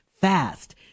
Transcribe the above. fast